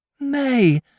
May